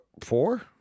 four